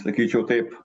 sakyčiau taip